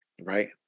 Right